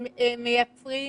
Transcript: הם מייצרים